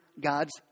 God's